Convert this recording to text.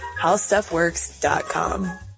howstuffworks.com